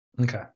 Okay